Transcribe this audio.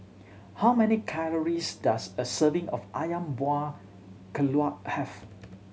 how many calories does a serving of Ayam Buah Keluak have